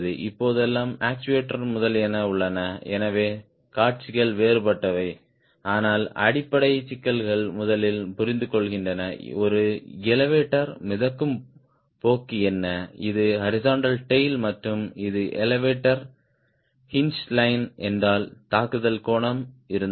இப்போதெல்லாம் ஆக்சுவேட்டர் முதலியன உள்ளன எனவே காட்சிகள் வேறுபட்டவை ஆனால் அடிப்படை சிக்கல்கள் முதலில் புரிந்துகொள்கின்றன ஒரு எலெவடோர் மிதக்கும் போக்கு என்ன இது ஹாரிஸ்ன்ட்டல் டேய்ல் மற்றும் இது எலெவடோர் ஹின்ஜ் லைன் என்றால் தாக்குதல் கோணம் இருந்தால்